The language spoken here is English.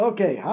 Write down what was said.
Okay